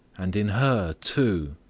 and in her, too,